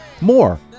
More